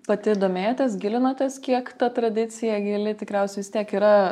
pati domėjotės gilinotės kiek ta tradicija gili tikriausiai vis tiek yra